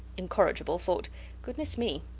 incorrigible, thought goodness me!